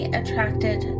attracted